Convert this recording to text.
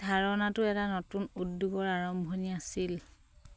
ধাৰণাটো এটা নতুন উদ্যোগৰ আৰম্ভণি আছিল